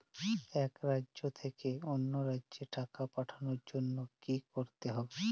এক রাজ্য থেকে অন্য রাজ্যে টাকা পাঠানোর জন্য কী করতে হবে?